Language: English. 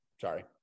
sorry